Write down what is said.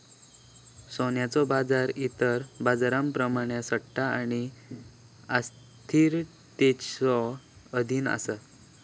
सोन्याचो बाजार इतर बाजारांप्रमाणेच सट्टा आणि अस्थिरतेच्यो अधीन असा